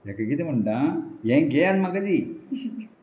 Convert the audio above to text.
ताका कितें म्हणटा हें घेयात म्हाका दी